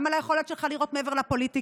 גם על היכולת שלך לראות מעבר לפוליטיקה,